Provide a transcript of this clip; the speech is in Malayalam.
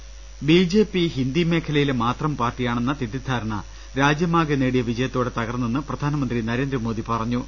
ൾ ൽ ൾ ബിജെപി ഹിന്ദി മേഖലയിലെ മാത്രം പാർട്ടിയാണെന്ന തെറ്റിധാരണ രാജ്യമാകെ നേടിയ വിജയത്തോടെ തകർന്നെന്ന് പ്രധാ നമന്ത്രി നരേന്ദ്രമോദി പറഞ്ഞു